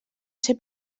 ser